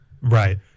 Right